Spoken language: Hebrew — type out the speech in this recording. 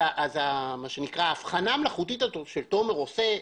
אז ההבחנה המלאכותית הזו שתומר מוסקוביץ' עושה,